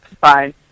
fine